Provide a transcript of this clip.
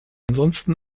ansonsten